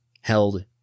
held